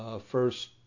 first